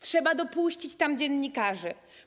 Trzeba dopuścić tam dziennikarzy.